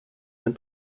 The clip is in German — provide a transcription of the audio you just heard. den